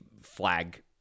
flag